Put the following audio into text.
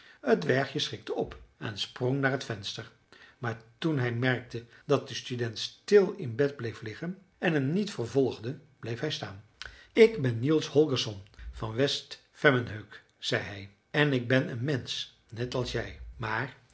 het dwergje schrikte op en sprong naar het venster maar toen hij merkte dat de student stil in bed bleef liggen en hem niet vervolgde bleef hij staan ik ben niels holgersson van west vemmenhög zei hij en ik ben een mensch net als jij maar